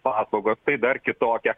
paslaugas tai dar kitokią